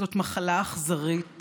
זאת מחלה אכזרית